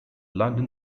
london